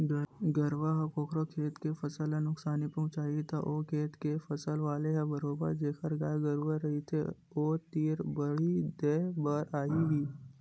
गरुवा ह कखरो खेत के फसल ल नुकसानी पहुँचाही त ओ खेत के फसल वाले ह बरोबर जेखर गाय गरुवा रहिथे ओ तीर बदी देय बर आही ही